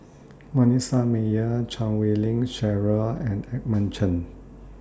Manasseh Meyer Chan Wei Ling Cheryl and Edmund Chen